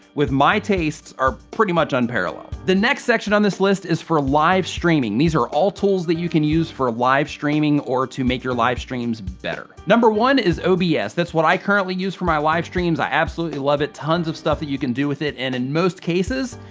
with my tastes, are pretty much unparalleled. the next section on this list is for live streaming. these are all tools that you can use for live streaming or to make your live streams better. number one, is obs. that's what i currently use for my live streams. i absolutely love it, tons of stuff that you can do with it, and in most cases,